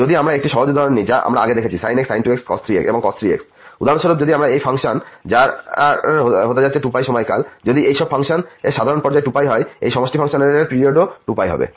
যদি আমরা একটি সহজ উদাহরণ নিই যা আমরা আগে দেখেছি sin x sin 2x এবংcos 3x উদাহরণস্বরূপ যদি আমরা এই ফাংশন যার হতে যাচ্ছে 2π সময়কালযদি এই সব ফাংশন এর সাধারণ পর্যায় 2π হয় এই সমষ্টি ফাংশন এর পিরিয়ড ও 2πহবে